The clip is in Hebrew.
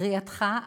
קריאתך,